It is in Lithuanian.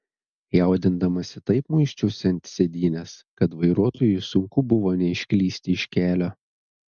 jaudindamasi taip muisčiausi ant sėdynės kad vairuotojui sunku buvo neišklysti iš kelio